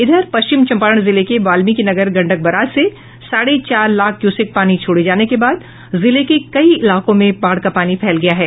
इधर पश्चिम चंपारण जिले के वाल्मीकिनगर गंडक बराज से साढ़े चार लाख क्यूसेक पानी छोड़े जाने के बाद जिले के कई इलाकों में बाढ़ का पानी फैल गया है